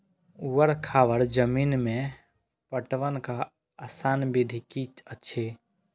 ऊवर खावर जमीन में पटवनक आसान विधि की अछि?